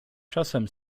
czasem